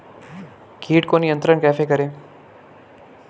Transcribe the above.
कीट को नियंत्रण कैसे करें?